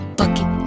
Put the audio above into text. bucket